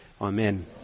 Amen